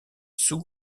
sue